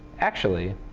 actually,